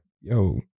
yo